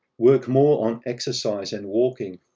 work more on exercise and walking,